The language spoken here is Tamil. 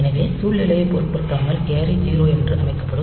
எனவே சூழ்நிலையைப் பொருட்படுத்தாமல் கேரி 0 என்று அமைக்கப்படும்